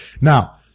Now